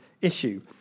issue